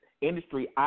industry